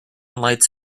lights